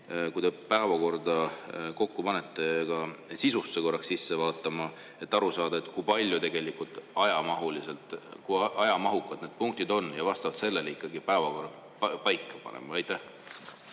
kui te päevakorda kokku panete, ka sisusse korraks sisse vaatama, et aru saada, kui palju tegelikult ajamahuliselt, kui ajamahukad need punktid on ja vastavalt sellele ikkagi päevakorra paika panema? Aitäh,